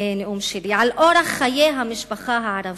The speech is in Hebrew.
על אורח החיים של המשפחה הערבית.